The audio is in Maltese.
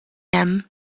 hemm